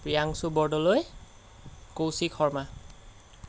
Priyanshu Bordoloi Kaushik Sharma